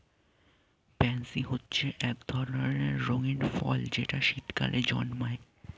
pansy হচ্ছে এক ধরনের রঙিন ফুল যেটা শীতকালে জন্মায়